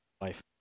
life